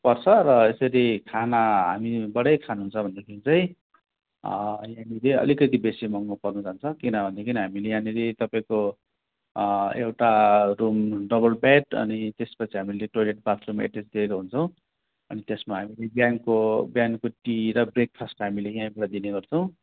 पर्छ र यसरी खाना हामीबाटै खानुहुन्छ भनेदेखि चाहिँ यहाँनिर अलिकति बेसी महँगो पर्नुजान्छ किनभनेदेखि हामीले यहाँनिर तपाईँको एउटा रुम डबल बेड अनि त्यसपछि हामीले टोइलेट बाथरुम हामीले एटेच दिएको हुन्छौँ अनि त्यसमा हामीले बिहानको बिहानको टी र ब्रेकफास्ट हामीले यहीँबाट दिने गर्छौँ